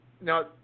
Now